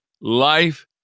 life